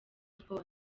paul